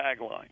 tagline